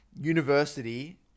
university